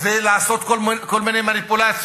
ולעשות כל מיני מניפולציות,